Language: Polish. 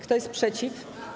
Kto jest przeciw?